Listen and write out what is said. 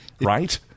Right